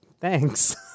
Thanks